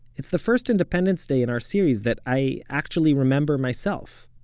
it's the first independence day in our series that i actually remember myself.